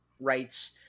rights